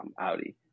Audi